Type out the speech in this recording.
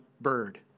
bird